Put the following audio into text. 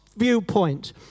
Viewpoint